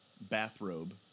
bathrobe